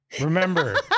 Remember